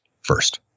first